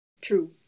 true